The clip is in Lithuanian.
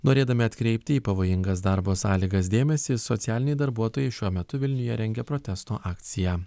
norėdami atkreipti į pavojingas darbo sąlygas dėmesį socialiniai darbuotojai šiuo metu vilniuje rengia protesto akciją